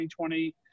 2020